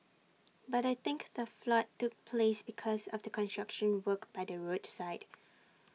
but I think the flood took place because of the construction work by the roadside